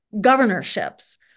governorships